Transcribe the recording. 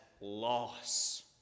loss